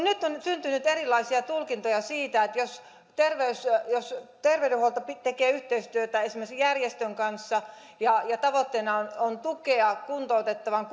nyt on syntynyt erilaisia tulkintoja siitä että jos terveydenhuolto tekee yhteistyötä esimerkiksi järjestön kanssa ja ja tavoitteena on on tukea kuntoutettavan